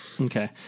okay